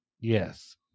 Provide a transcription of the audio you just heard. Yes